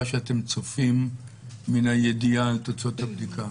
שאתם צופים מן הידיעה על תוצאות הבדיקה?